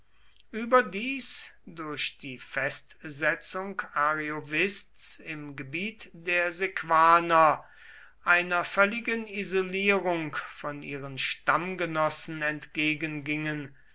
überdies durch die festsetzung ariovists im gebiet der sequaner einer völligen isolierung von ihren stammgenossen